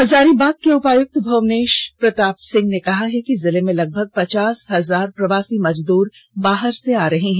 हजारीबाग के उपायुक्त भुवनेष प्रताप सिंह ने कहा है कि जिले में लगभग पचास हजार प्रवासी मजदूर बाहर से आ रहे हैं